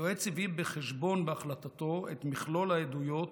היועץ הביא בחשבון בהחלטתו את מכלול העדויות.